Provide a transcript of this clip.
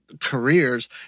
careers